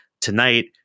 Tonight